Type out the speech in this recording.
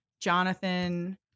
jonathan